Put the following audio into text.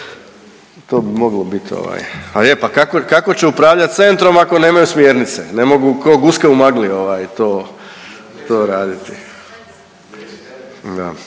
to bi moglo bit. A je pa kako će upravljat centrom ako nemaju smjernice, ne mogu ko guske u magli to raditi,